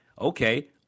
Okay